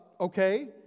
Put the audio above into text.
okay